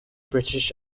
british